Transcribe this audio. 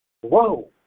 Whoa